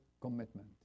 commitment